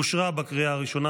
אושרה בקריאה הראשונה,